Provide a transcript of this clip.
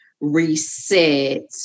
reset